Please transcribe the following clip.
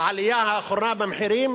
העלייה האחרונה במחירים